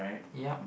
yup